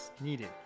needed